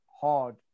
hard